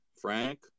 Frank